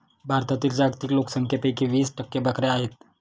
भारतातील जागतिक लोकसंख्येपैकी वीस टक्के बकऱ्या आहेत